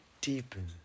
deepen